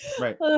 right